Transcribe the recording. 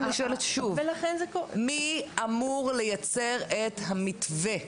אני שואלת שוב, מי אמור לייצר את המתווה?